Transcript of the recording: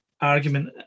argument